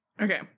okay